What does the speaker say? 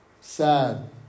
sad